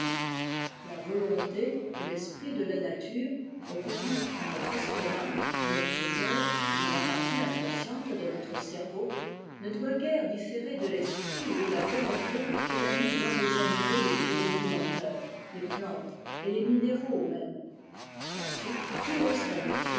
la volonté ou l'esprit de la nature opérant en notre estomac en notre cœur qt dans la partie inconsciente de notre cerveau ne doit guère différer de l'esprit ou de la volonté qu'elle a mis dans les animaux les plus rudimentaires les plantes et les minéraux mêmes ensuite qui oserait